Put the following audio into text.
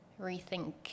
rethink